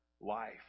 life